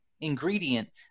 ingredient